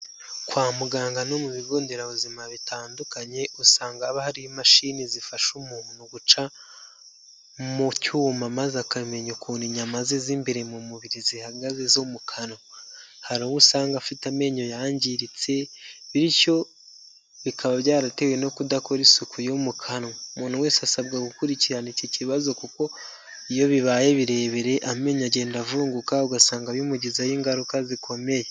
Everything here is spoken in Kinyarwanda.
Kwa muganga no mu bigonderabuzima bitandukanye usanga haba hari imashini zifasha umuntu guca mu cyuma maze akamenya ukuntu inyama ze z'imbere mu mubiri zihagaze zo mu kanwa. Hari uwo usanga afite amenyo yangiritse, bityo bikaba byaratewe no kudakora isuku yo mu kanwa. Umuntu wese asabwa gukurikirana iki kibazo kuko iyo bibaye birebire amenyo agenda avunguka ugasanga bimugizeho ingaruka zikomeye.